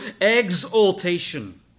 exaltation